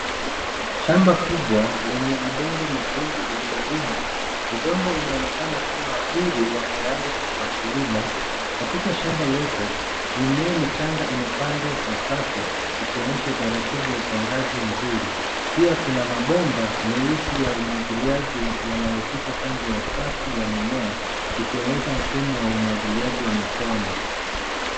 Shamba kubwa lenye udongo mwekundu ulio limwa, udongo unaonekana kuwa huru wa tayari kwa kilimo katika shamba lote mimea michanga imepandwa kwa safu ikionyesha utaratibu wa upangaji mzuri. Pia kuna mabomba meusi ya umwagiliaji yanayopita kando ya safu ya mimea ikionyesha mfumo wa umwagiliaji wa matone.